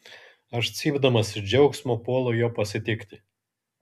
aš cypdamas iš džiaugsmo puolu jo pasitikti